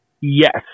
Yes